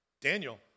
Daniel